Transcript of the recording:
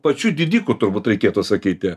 pačių didikų turbūt reikėtų sakyti